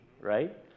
right